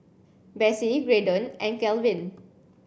Besse Graydon and Kalvin